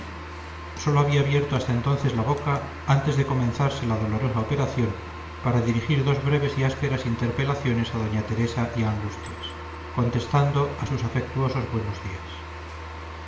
sólo había abierto hasta entonces la boca antes de comenzarse la dolorosa operación para dirigir dos breves y ásperas interpelaciones a doña teresa y a angustias contestando a sus afectuosos buenos días